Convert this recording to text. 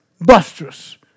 Busters